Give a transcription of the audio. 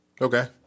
Okay